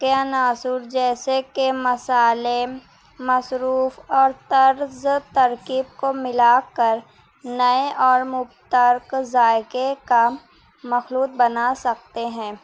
کے عناصر جیسے کہ مسالے مسروف اور طرز ترکیب کو ملا کر نئے اور مترک ذائقے کا مخلوط بنا سکتے ہیں